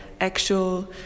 actual